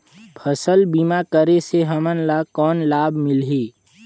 फसल बीमा करे से हमन ला कौन लाभ मिलही?